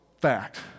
fact